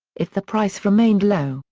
if the price remained low,